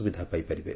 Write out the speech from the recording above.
ସୁବିଧା ପାଇପାରିବେ